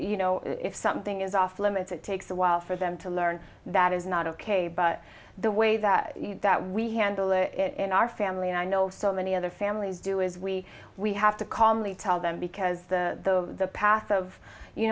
if something is off limits it takes a while for them to learn that is not ok but the way that that we handle it in our family and i know so many other families do is we we have to calmly tell them because the the the path of you